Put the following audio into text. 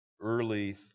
early